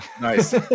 Nice